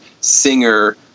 singer